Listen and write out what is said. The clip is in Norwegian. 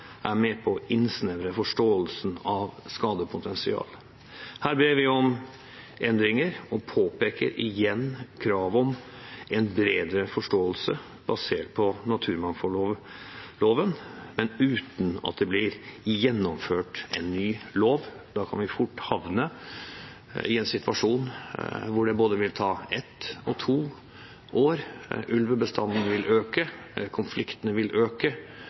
er med på å innsnevre forståelsen av skadepotensial. Her ber vi om endringer og påpeker igjen krav om en bredere forståelse basert på naturmangfoldloven, men uten at det blir utarbeidet en ny lov, for da kan vi fort havne i en situasjon hvor det vil ta både ett og to år, ulvebestanden vil øke, konfliktene vil øke,